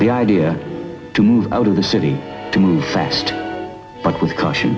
the idea to move out of the city to move fast but with caution